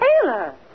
Taylor